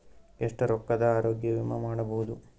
ಎಷ್ಟ ರೊಕ್ಕದ ಆರೋಗ್ಯ ವಿಮಾ ಮಾಡಬಹುದು?